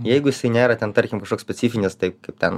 jeigu jisai nėra ten tarkim kažkoks specifinis taip kaip ten